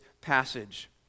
passage